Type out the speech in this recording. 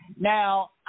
Now